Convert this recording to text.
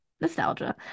nostalgia